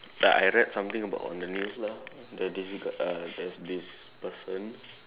like I read something about on the news lah the this got uh there's this person